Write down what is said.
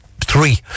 three